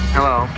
Hello